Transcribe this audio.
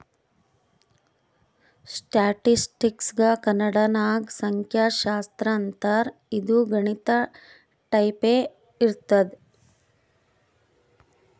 ಸ್ಟ್ಯಾಟಿಸ್ಟಿಕ್ಸ್ಗ ಕನ್ನಡ ನಾಗ್ ಸಂಖ್ಯಾಶಾಸ್ತ್ರ ಅಂತಾರ್ ಇದು ಗಣಿತ ಟೈಪೆ ಇರ್ತುದ್